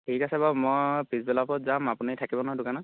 ঠিক আছে বাৰু মই পিছবেলাকৈ যাম আপুনি থাকিব নহয় দোকানত